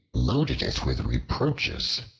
loaded it with reproaches.